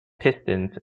pistons